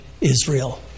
Israel